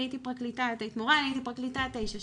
אני הייתי פרקליטה תשע שנים,